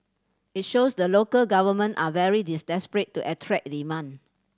it shows that local government are very desperate to attract demand